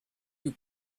you